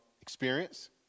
experience